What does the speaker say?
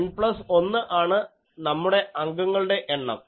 N plus 1 ആണ് നമ്മുടെ അംഗങ്ങളുടെ എണ്ണം